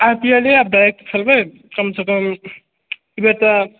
आई P L आब direct खेलबे कमसँ कम एबय तऽ